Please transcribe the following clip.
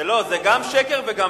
שקר וגם